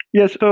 yes. so